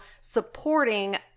supporting